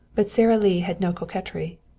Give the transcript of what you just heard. but sara lee had no coquetry.